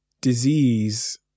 disease